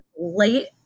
late